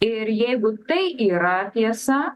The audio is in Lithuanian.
ir jeigu tai yra tiesa